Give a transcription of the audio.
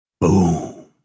boom